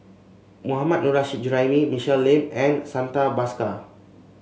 Mohammad Nurrasyid Juraimi Michelle Lim and Santha Bhaskar